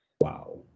Wow